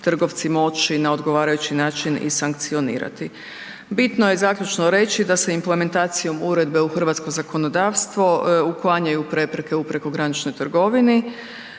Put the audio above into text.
trgovci moći na odgovarajući način i sankcionirati. Bitno je zaključno reći da se implementacijom uredbe u hrvatsko zakonodavstvo uklanjanju prepreke u prekograničnoj trgovini,